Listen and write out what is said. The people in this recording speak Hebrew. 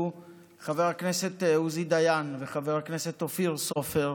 חבר הכנסת עוזי דיין וחבר הכנסת אופיר סופר,